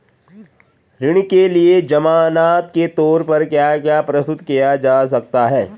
ऋण के लिए ज़मानात के तोर पर क्या क्या प्रस्तुत किया जा सकता है?